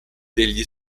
degli